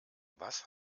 was